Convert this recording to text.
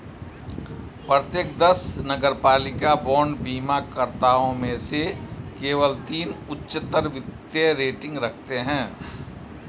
प्रत्येक दस नगरपालिका बांड बीमाकर्ताओं में से केवल तीन उच्चतर वित्तीय रेटिंग रखते हैं